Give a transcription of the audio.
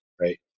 right